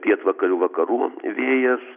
pietvakarių vakarų vėjas